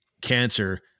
cancer